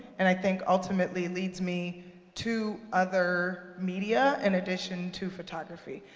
and i think ultimately leads me to other media in addition to photography.